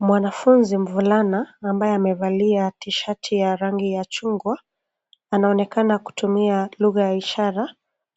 Mwanafunzi mvulana ambaye amevalia tishati ya rangi ya chungwa, anaonekana kutumia lugha ya ishara